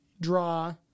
draw